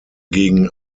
gegen